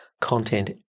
content